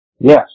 Yes